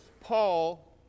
Paul